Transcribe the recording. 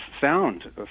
sound